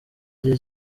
igihe